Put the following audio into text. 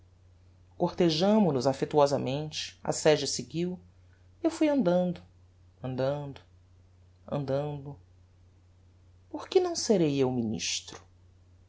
cortejámo nos affectuosamente a sege seguiu e eu fui andando andando andando porque não serei eu ministro